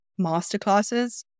Masterclasses